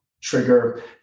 trigger